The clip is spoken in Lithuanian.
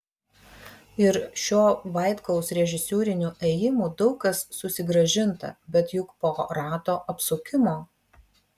ir šiuo vaitkaus režisūriniu ėjimu daug kas susigrąžinta bet juk po rato apsukimo